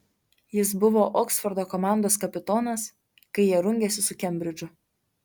jis buvo oksfordo komandos kapitonas kai jie rungėsi su kembridžu